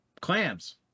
Clams